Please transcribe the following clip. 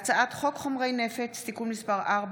הצעת חוק חומרי נפץ (תיקון מס' 4,